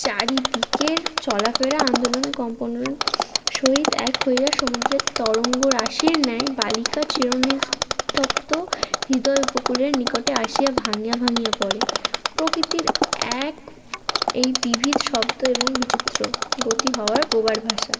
চারিদিকের চলা ফেরা আন্দোলন কম্পন সহিত এক হইয়া সমুদ্রের তরঙ্গ রাশির ন্যায় বালিকা চির নিস্তব্ধ হৃদয় উপকূলের নিকটে আসিয়া ভাঙ্গিয়া ভাঙ্গিয়া পড়ে প্রকৃতির এক এই বিবিধ শব্দ এবং বিচিত্র গতি হওয়ায় বোবার ভাষা